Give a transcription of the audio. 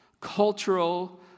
cultural